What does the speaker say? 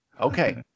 Okay